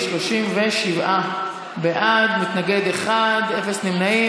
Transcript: זה 37 בעד, מתנגד אחד, אפס נמנעים.